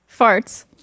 farts